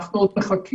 אנחנו עוד מחכים.